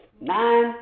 Nine